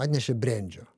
atnešė brendžio